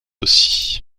aussi